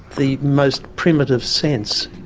the most primitive sense.